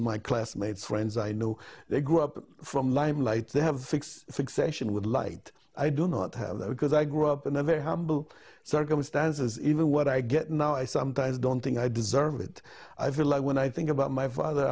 my classmates friends i know they grew up from limelight they have succession with light i do not have that because i grew up in a very humble circumstances even what i get now i sometimes don't think i deserve it i feel like when i think about my father